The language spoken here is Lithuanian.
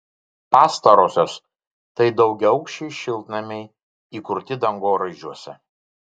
pastarosios tai daugiaaukščiai šiltnamiai įkurti dangoraižiuose